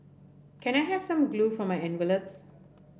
can I have some glue for my envelopes